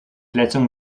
verletzung